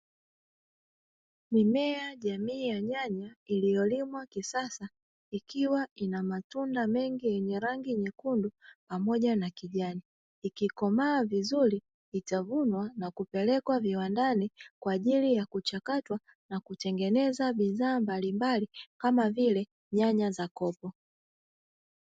Mimea jamii ya nyanya iliyolimwa kisasa ikiwa ina matunda mengi yenye rangi nyekundu pamoja na kijani. Ikikomaa vizuri itavunwa na kupelekwa viwandani kwa ajili ya kuchakatwa na kutengeneza bidhaa mbalimbali kama vile nyanya za kopo.